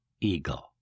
eagle